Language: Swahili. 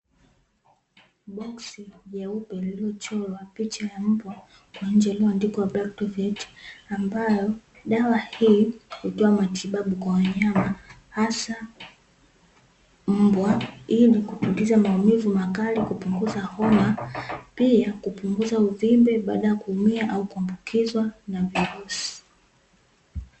Boksi jeupe lililochorwa picha ya mbwa nje lililoandikwa ambayo dawa hii hutoa matibabu kwa wanyama hasa mbwa ili kupunguza maumivu makali, kupunguza homa pia kupunguza uvimbe baada ya kuumia au kuambukizwa na virusi.